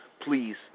Please